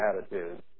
attitude